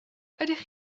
ydych